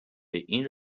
این